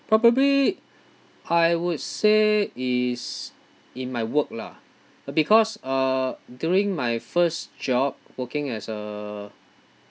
probably I would say it's in my work lah uh because uh during my first job working as a